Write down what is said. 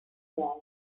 was